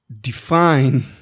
define